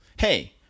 Hey